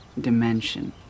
dimension